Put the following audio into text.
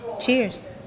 Cheers